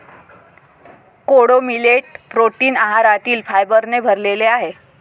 कोडो millet protein आहारातील फायबरने भरलेले आहे